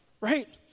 right